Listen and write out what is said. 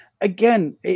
again